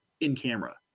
in-camera